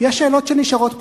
יש שאלות שנשארות פתוחות.